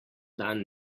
dan